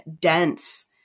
dense